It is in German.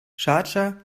schardscha